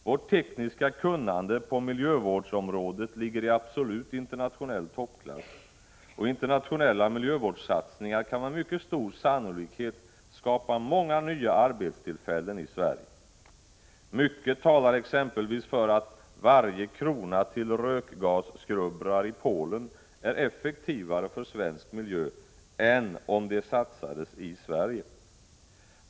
Vårt tekniska kunnande i fråga om miljövårdsutrustningar ligger i absolut internationell toppklass och internationella miljövårdssatsningar kan med mycket stor sannolikhet skapa många nya arbetstillfällen i Sverige. Mycket talar exempelvis för att varje krona till rökgasskrubbrar i Polen är effektivare för svensk miljö, än om den satsades i Sverige.